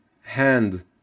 hand